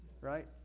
Right